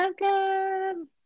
Welcome